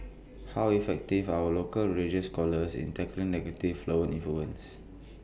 how effective are our local religious scholars in tackling negative foreign influences